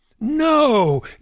No